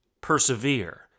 persevere